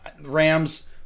Rams